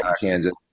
Kansas